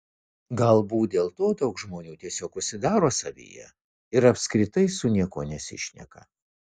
galbūt dėl to daug žmonių tiesiog užsidaro savyje ir apskritai su niekuo nesišneka